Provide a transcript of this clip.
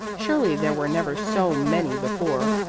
surely there were never so many before.